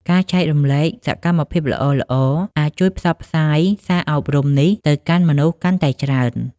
ការចែករំលែកសកម្មភាពល្អៗអាចជួយផ្សព្វផ្សាយសារអប់រំនេះទៅកាន់មនុស្សកាន់តែច្រើន។